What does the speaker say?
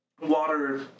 water